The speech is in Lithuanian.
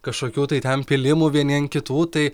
kažkokių tai ten pylimų vieni ant kitų tai